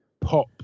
pop